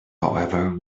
however